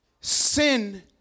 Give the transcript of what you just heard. sin